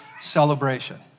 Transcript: celebration